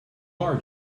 are